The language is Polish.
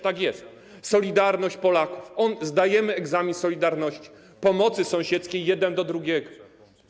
Tak jest, solidarność Polaków, zdajemy egzamin z solidarności, pomocy sąsiedzkiej, pomocy jeden drugiemu.